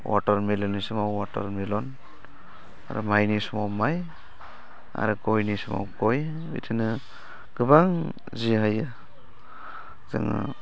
अवाटारमेलननि समाव अवाटारमेलन आरो माइनि समाव माइ आरो गयनि समाव गय बिदिनो गोबां जि हायो जोङो